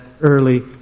early